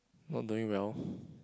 not doing well